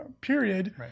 period